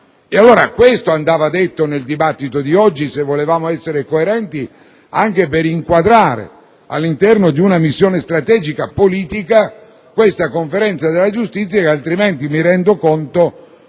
Questo andava detto nel dibattito di oggi, se volevamo essere coerenti, anche per inquadrare all'interno di una missione strategico-politica questa Conferenza sulla giustizia che altrimenti - mi rendo conto